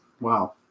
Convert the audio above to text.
wow